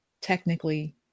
technically